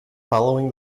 following